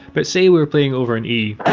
but say we were playing over an e,